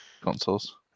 consoles